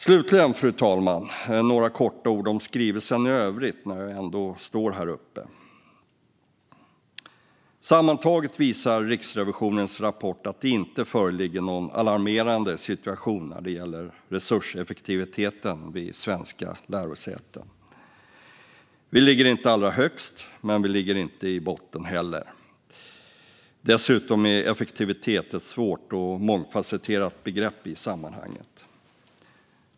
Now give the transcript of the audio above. Slutligen, fru talman, vill jag säga några korta ord om skrivelsen i övrigt när jag ändå står här i talarstolen. Sammantaget visar Riksrevisionens rapport att det inte föreligger någon alarmerande situation när det gäller resurseffektiviteten vid svenska lärosäten. Vi ligger inte allra högst, men vi ligger inte heller i botten. Dessutom är effektivitet ett svårt och mångfasetterat begrepp i sammanhanget.